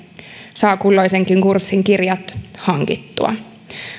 saa kulloisenkin kurssin kirjat hankittua